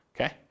okay